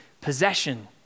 possession